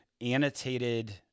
annotated